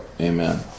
Amen